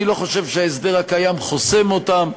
אני לא חושב שההסדר הקיים חוסם אותם,